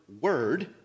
word